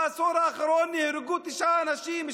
בעשור האחרון נהרגו תשעה אנשים,